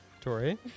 Tori